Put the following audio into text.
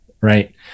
right